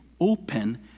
open